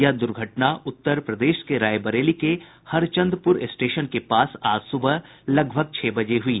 यह दुर्घटना उत्तर प्रदेश के रायबरेली के हरचंदपुर स्टेशन के पास आज सुबह लगभग छह बजे हुई